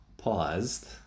paused